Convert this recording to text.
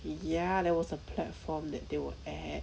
ya there was a platform that they were at